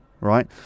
right